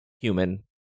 human